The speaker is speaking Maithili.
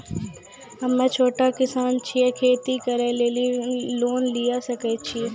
हम्मे छोटा किसान छियै, खेती करे लेली लोन लिये सकय छियै?